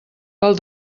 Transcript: pel